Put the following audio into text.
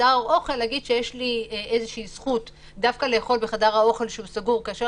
להגיד שיש לי זכות דווקא לאכול בחדר אוכל סגור כאשר